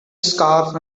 scarf